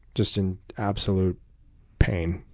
just in absolute pain.